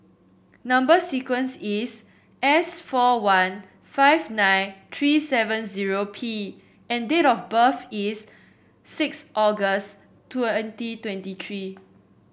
number sequence is S four one five nine tree seven zero P and date of birth is six August twenty twenty tree